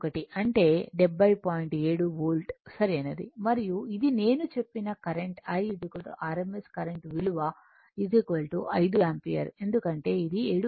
7 volt సరైనది మరియు ఇది నేను చెప్పిన కరెంట్ I rms కరెంట్ విలువ 5 యాంపియర్ ఎందుకంటే ఇది 7